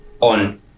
on